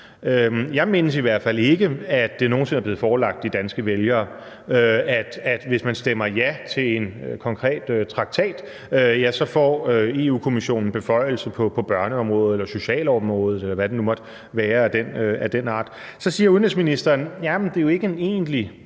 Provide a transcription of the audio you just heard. Jeg mindes i hvert fald ikke, at det nogen sinde er blevet forelagt for de danske vælgere, at hvis man stemmer ja til en konkret traktat, ja, så får EU-Kommissionen beføjelse på børneområdet, socialområdet, eller hvad det nu måtte være af den art.